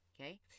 okay